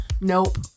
Nope